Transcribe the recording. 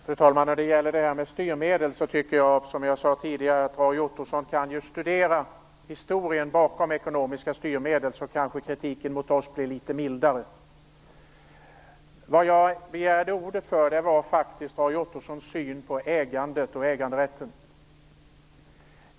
Fru talman! När det gäller styrmedel tycker jag, som jag sagt tidigare, att om Roy Ottosson studerar historien bakom ekonomiska styrmedel så kanske kritiken mot oss blir något mildare. Vad jag begärde ordet för var faktiskt att kommentera Roy Ottossons syn på ägandet och äganderätten.